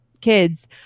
kids